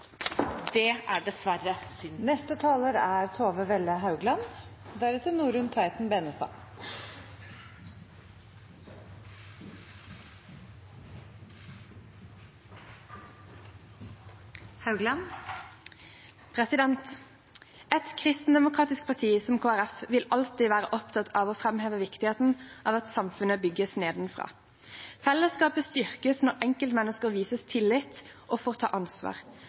er dessverre synd. Et kristendemokratisk parti som Kristelig Folkeparti vil alltid være opptatt av å framheve viktigheten av at samfunnet bygges nedenfra. Fellesskapet styrkes når enkeltmennesker vises tillit og får ta ansvar,